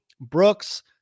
Brooks